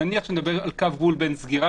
נניח שאני מדבר על קו גבול בין סגירה